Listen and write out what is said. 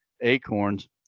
acorns